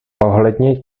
ohledně